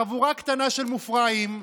חבורה קטנה של מופרעים,